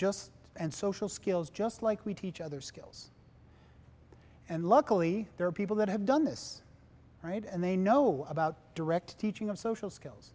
just and social skills just like we teach other skills and luckily there are people that have done this right and they know about direct teaching of social skills